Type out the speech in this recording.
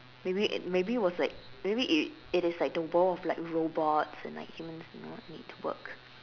maybe it maybe it was like maybe it it is like the world of like robots and like humans do not need to work